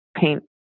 paint